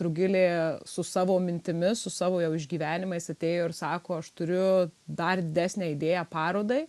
rugilė su savo mintimis su savo jau išgyvenimais atėjo ir sako aš turiu dar didesnę idėją parodai